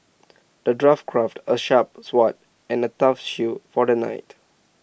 the dwarf crafted A sharp sword and A tough shield for the knight